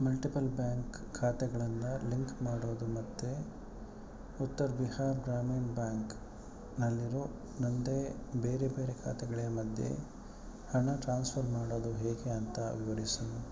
multiple bank ಖಾತೆಗಳನ್ನ link ಮಾಡೋದು ಮತ್ತೆ ಉತ್ತರ್ ಬಿಹಾರ್ ಗ್ರಾಮೀಣ್ ಬ್ಯಾಂಕ್ನಲ್ಲಿರೋ ನನ್ನದೇ ಬೇರೆ ಬೇರೆ ಖಾತೆಗಳ ಮಧ್ಯೆ ಹಣ ಟ್ರಾನ್ಸ್ಫರ್ ಮಾಡೋದು ಹೇಗೆ ಅಂತ ವಿವರಿಸು